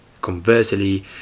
Conversely